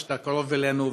שאתה קרוב אלינו,